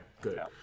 Good